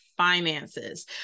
Finances